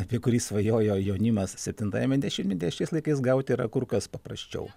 apie kurį svajojo jaunimas septintajame dešimtmetyje šiais laikais gauti yra kur kas paprasčiau